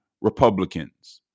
Republicans